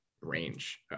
range